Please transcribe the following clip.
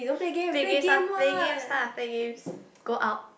play games lah play games lah play games go out